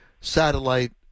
satellite